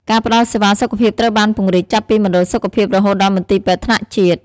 ការផ្តល់សេវាសុខភាពត្រូវបានពង្រីកចាប់ពីមណ្ឌលសុខភាពរហូតដល់មន្ទីរពេទ្យថ្នាក់ជាតិ។